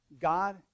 God